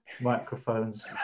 microphones